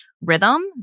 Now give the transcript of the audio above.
rhythm